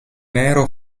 nero